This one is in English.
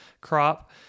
crop